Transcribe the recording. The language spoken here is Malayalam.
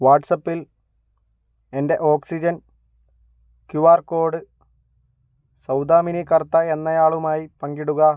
വാട്ട്സ്ആപ്പിൽ എൻ്റെ oxygen Q R code Saudamini Kartha എന്നയാളുമായി പങ്കിടുക